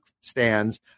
stands